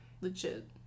legit